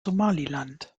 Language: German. somaliland